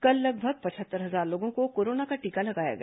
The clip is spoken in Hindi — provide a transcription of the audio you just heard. कल लगभग पचहत्तर हजार लोगों को कोरोना का टीका लगाया गया